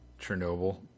Chernobyl